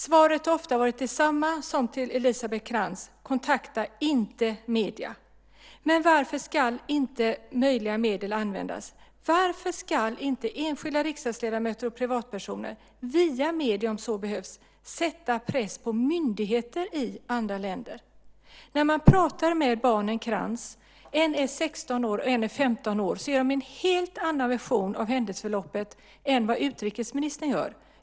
Svaret har ofta varit detsamma som till Elisabeth Krantz, nämligen att inte kontakta medier. Men varför ska inte möjliga medel användas? Varför ska inte enskilda riksdagsledamöter och privatpersoner, via medierna om så behövs, sätta press på myndigheter i andra länder? När man pratar med barnen Krantz - en är 16 år och en är 15 år - ger de en helt annan version av händelseförloppet än vad utrikesministern gör.